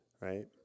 right